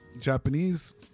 Japanese